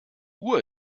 uhr